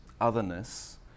otherness